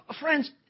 Friends